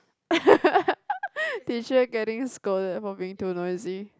teacher getting scolded for being too noisy